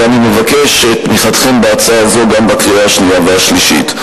ואני מבקש כי תתמכו בה גם בקריאה השנייה והשלישית.